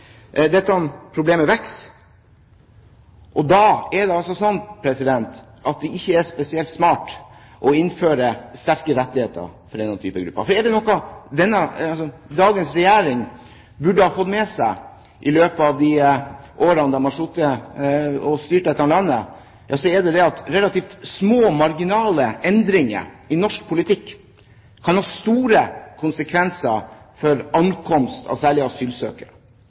Dette problemet vokser, og da er det ikke spesielt smart å innføre sterke rettigheter for denne typen grupper. For er det noe dagens regjering burde ha fått med seg i løpet av de årene den har sittet og styrt dette landet, er det det at relativt små, marginale endringer i norsk politikk kan ha store konsekvenser for ankomst av særlig asylsøkere.